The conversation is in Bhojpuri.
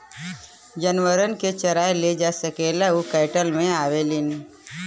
जानवरन के चराए ले जा सकेला उ कैटल मे आवेलीन